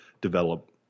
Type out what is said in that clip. develop